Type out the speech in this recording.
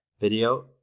video